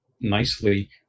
nicely